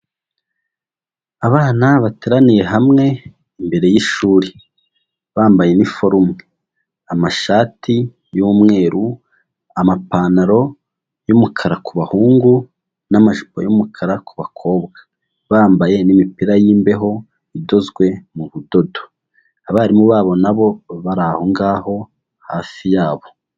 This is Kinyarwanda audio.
Abana bateraniye hamwe imbere y'ishuri bambaye iniforume amashati y'umweru, amapantaro y'umukara ku bahungu n'amajipo y'umukara ku bakobwa, bambaye n'imipira y'imbeho idozwe mu budodo, abarimu babo nabo bari aho ngaho hafi yabo.